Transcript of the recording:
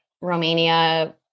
Romania